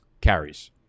carries